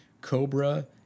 Cobra